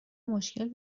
مشکل